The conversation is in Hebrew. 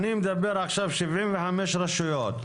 אני מדבר עכשיו על 75 רשויות.